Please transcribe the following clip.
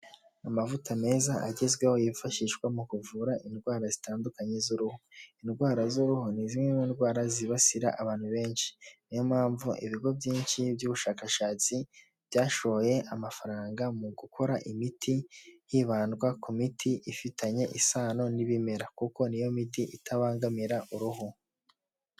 Amavuta meza agezweho yifashishwa mu kuvura indwara zitandukanye z'uruhu. Indwara z'uruhu ni zimwe mu ndwara zibasira abantu benshi. Ni yo mpamvu ibigo byinshi by'ubushakashatsi byashoye amafaranga mu gukora imiti hibandwa ku miti ifitanye isano n'ibimera kuko ni yo miti itabangamira uruhu.